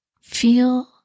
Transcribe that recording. feel